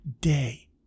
day